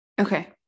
Okay